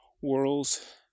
worlds